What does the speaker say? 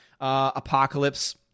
apocalypse